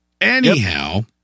Anyhow